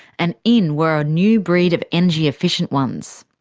and in were a new breed of energy efficient ones.